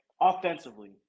Offensively